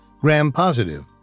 gram-positive